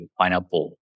pineapple